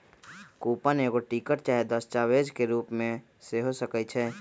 coupon एगो ticket चाहे दस्तावेज के रूप में हो सकइ छै